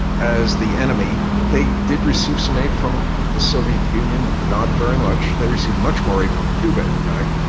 as the enemy. they did receive some aid from the soviet union, not very much, they received much more aid from cuba, in fact.